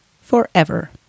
forever